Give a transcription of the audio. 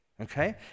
Okay